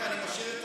עופר.